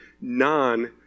non